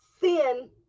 sin